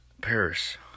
Paris